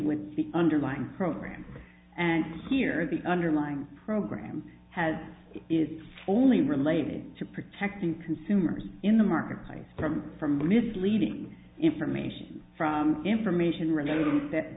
with the underlying program and here is the underlying program has is only related to protecting consumers in the marketplace from from misleading information from information